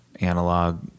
analog